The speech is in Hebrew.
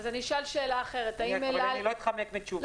אבל אני לא אתחמק מתשובה.